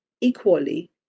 equally